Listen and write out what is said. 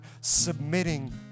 submitting